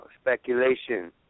speculation